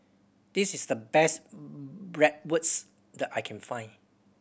this is the best Bratwurst that I can find